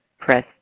press